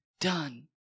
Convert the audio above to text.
done